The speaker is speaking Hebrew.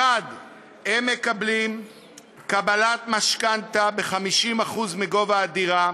1. הם מקבלים משכנתה של 50% מערך הדירה.